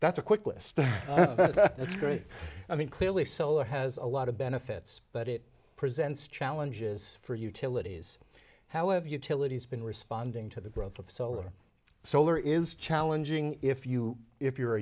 that's a quick list that's great i mean clearly solar has a lot of benefits but it presents challenges for utilities however utilities been responding to the growth of solar solar is challenging if you if you're a